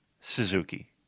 Suzuki